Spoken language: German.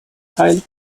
teil